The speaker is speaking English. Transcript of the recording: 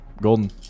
Golden